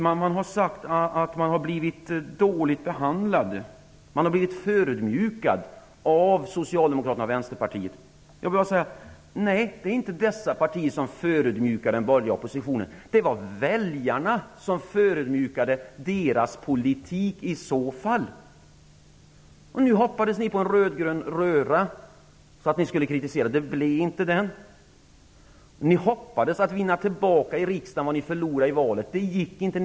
Man har sagt att man har blivit dåligt behandlad. Man har blivit förödmjukad av Socialdemokraterna och Jag vill säga att det inte är dessa partier som förödmjukar den borgerliga oppositionen. Det var väljarna som förödmjukade deras politik! Ni hoppades på en rödgrön röra som ni skulle kunna kritisera. Det blev inte så. Ni hoppades vinna tillbaka i riksdagen vad ni förlorade i valet. Det gick inte.